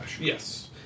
Yes